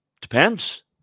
depends